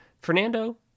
Fernando